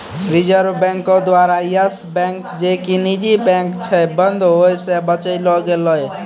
reserve बैंको द्वारा Yes Bank जे कि निजी बैंक छै, बंद होय से बचैलो गेलै